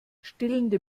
stillende